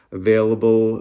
available